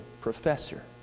professor